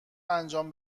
انجام